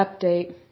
update